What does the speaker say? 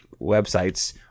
websites